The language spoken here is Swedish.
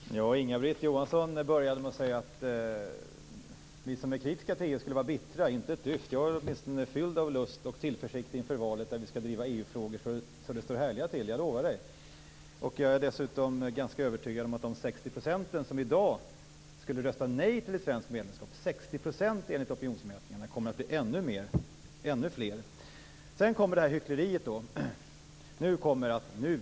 Herr talman! Inga-Britt Johansson började med att säga att vi som är kritiska till EU skulle vara bittra. Inte ett dyft! Åtminstone jag är fylld av lust och tillförsikt inför valet, där vi skall driva EU-frågor så att det står härliga till - det lovar jag! Jag är dessutom ganska övertygad om att de 60 % som enligt opinionsmätningarna i dag skulle rösta nej till ett svenskt medlemskap kommer att bli ännu fler. Sedan till hyckleriet!